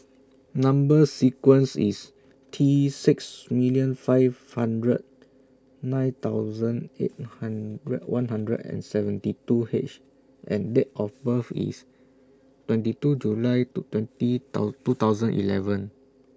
Number sequence IS T six million five hundred nine thousand eight hundred one hundred and seventy two H and Date of birth IS twenty two July two twenty two thousand eleven